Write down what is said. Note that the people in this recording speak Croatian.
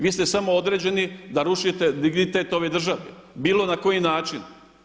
Vi ste samo određeni da rušite dignitet ove države bilo na koji način.